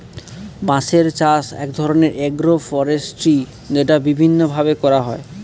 বাঁশের চাষ এক ধরনের এগ্রো ফরেষ্ট্রী যেটা বিভিন্ন ভাবে করা হয়